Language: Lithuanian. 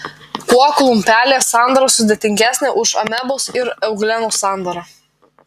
kuo klumpelės sandara sudėtingesnė už amebos ir euglenos sandarą